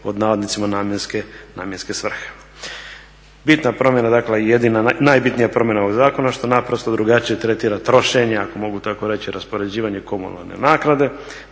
pod navodnicima namjenske svrhe. Bitna promjena dakle i jedina, najbitnija promjena ovog zakona što naprosto drugačije tretira trošenja, ako mogu tako reći raspoređivanje komunalne naknade